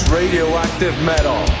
radioactivemetal